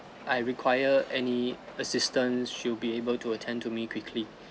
I require any assistance she'll be able to attend to me quickly